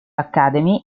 academy